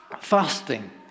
Fasting